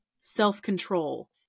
self-control